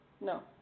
No